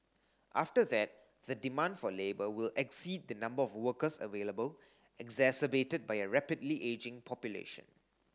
after that the demand for labour will exceed the number of workers available exacerbated by a rapidly ageing population